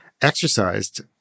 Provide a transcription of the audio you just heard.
exercised